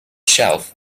shelf